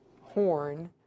horn